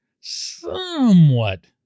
somewhat